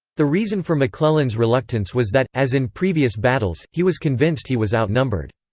the reason for mcclellan's reluctance was that, as in previous battles, he was convinced he was outnumbered.